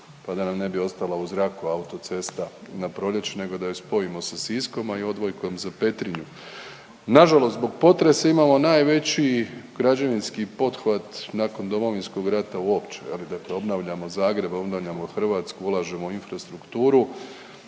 pa da nam ne bi ostala u zraku autocesta na proljeće nego da je spojimo sa Siskom, a i odvojkom za Petrinju. Nažalost, zbog potresa imamo najveći građevinski pothvat nakon Domovinskog rata uopće je li, dakle obnavljamo Zagreb, obnavljamo Hrvatsku, ulažemo u infrastrukturu